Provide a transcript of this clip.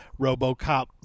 RoboCop